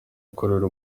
gukorera